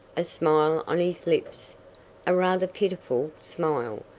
a smile on his lips a rather pitiful smile,